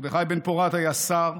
מרדכי בן-פורת היה שר,